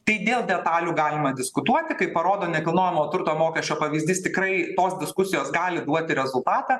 tai dėl detalių galima diskutuoti kaip parodo nekilnojamo turto mokesčio pavyzdys tikrai tos diskusijos gali duoti rezultatą